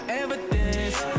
evidence